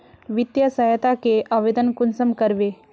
वित्तीय सहायता के आवेदन कुंसम करबे?